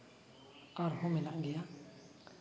ᱟᱨᱦᱚᱸ ᱢᱮᱱᱟᱜ ᱜᱮᱭᱟ